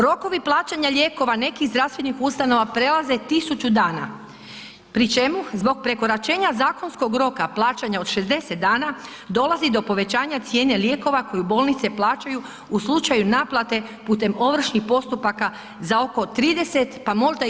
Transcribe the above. Rokovi plaćanja lijekova nekih zdravstvenih ustanova prelaze tisuću dana pri čemu zbog prekoračenja zakonskog roka plaćanja od 60 dana dolazi do povećanja cijene lijekova koje bolnice plaćaju u slučaju naplate putem ovršnih postupaka za oko 30 pa možda i 50%